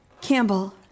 Campbell